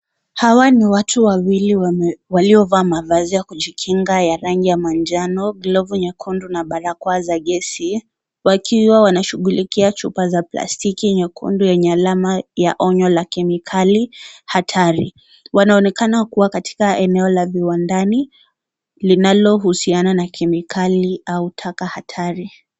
Hawa ni watu wawili waliovaa mavazi ya kujikinga ya rangi ya manjano ,glovu nyekundu na barakoa za gesi wakiwa wanashughulika chupa za plastiki nyekundu yenye alama ya onyo la kemikali hatari . Wanaonekana kuwa katika eneo la viwandani linalohusiana na kemikali au taka hatari.